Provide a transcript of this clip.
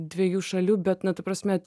dviejų šalių bet na ta prasme